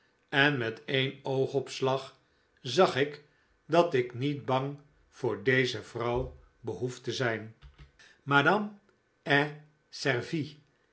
en met een oogopslag zag ik dat ik niet bang voor deze vrouw behoef te zijn madame